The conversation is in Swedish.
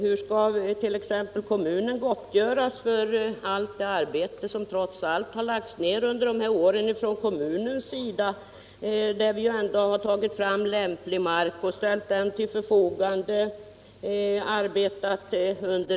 Hur skall t.ex. kommunen gottgöras för allt arbete som den trots allt har lagt ned under dessa år för att lösa problemen på ett tillfredsställande sätt? Kommunen har tagit fram lämplig mark och ställt den till förfogande.